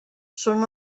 són